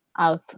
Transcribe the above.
out